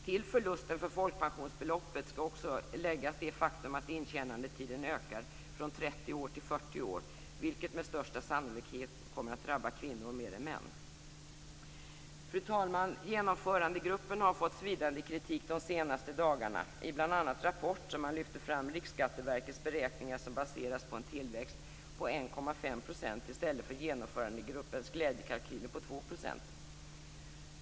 Till förlusten för folkpensionsbasbeloppet skall också läggas det faktum att intjänandetiden ökas från 30 år till 40 år, vilket med största sannolikhet kommer att drabba kvinnor mer än män. Fru talman! Genomförandegruppen har fått svidande kritik de senaste dagarna i bl.a. Rapport. Där lyfter man fram Riksskatteverkets beräkningar, som baseras på en tillväxt på 1,5 % i stället för Genomförandegruppens glädjekalkyler på 2 %.